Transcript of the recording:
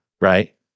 right